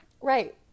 right